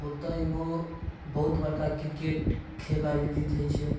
ओतऽ एगो बहुत बड़का किरकेट खेल आयोजित होइ छै